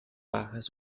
bajas